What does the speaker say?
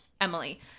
Emily